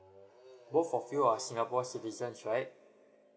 both of you are singapore citizens right